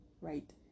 Right